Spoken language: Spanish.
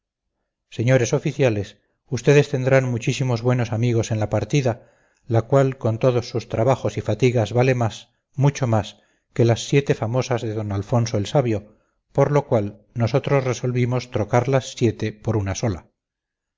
señores oficiales ustedes tendrán muchísimos buenos amigos en la partida la cual con todos sus trabajos y fatigas vale más mucho más que las siete famosas de d alfonso el sabio por lo cual nosotros resolvimos trocar las siete por una sola